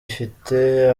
ifite